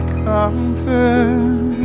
comfort